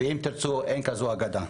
אם תרצו, אין זו אגדה.